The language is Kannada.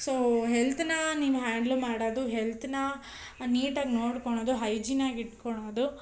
ಸೋ ಹೆಲ್ತನ್ನ ನೀವು ಹ್ಯಾಂಡಲ್ ಮಾಡೋದು ಹೆಲ್ತನ್ನ ನೀಟಾಗಿ ನೋಡ್ಕೊಳೋದು ಹೈಜಿನಾಗಿ ಇಡ್ಕೊಳೋದು